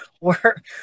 work